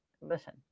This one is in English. listen